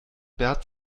bert